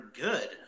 good